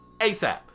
ASAP